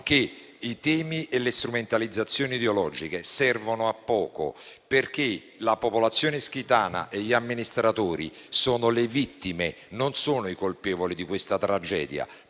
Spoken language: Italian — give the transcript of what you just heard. che i temi e le strumentalizzazioni ideologiche servono a poco perché la popolazione ischitana e gli amministratori sono le vittime e non i colpevoli di questa tragedia;